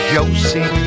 Josie